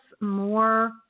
more